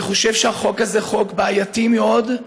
אני חושב שהחוק הזה הוא חוק בעייתי מאוד,